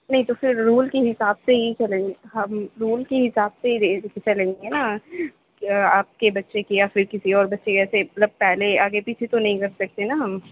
نہیں تو پھر رول کے حساب سے ہی چلیں گے ہم رول کے حساب سے ہی چلیں گے نا کہ آپ کے بچے کی یا پھر کسی اور بچے مطلب پہلے آگے پیچھے تو نہیں کر سکتے نا ہم